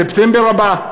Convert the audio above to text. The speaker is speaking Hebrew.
ספטמבר הבא.